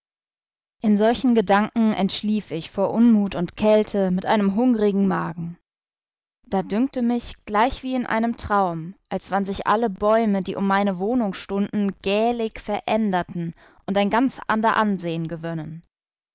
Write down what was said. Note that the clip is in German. in solchen gedanken entschlief ich vor unmut und kälte mit einem hungerigen magen da dünkte mich gleichwie in einem traum als wann sich alle bäume die um meine wohnung stunden gähling veränderten und ein ganz ander ansehen